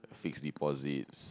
fixed deposits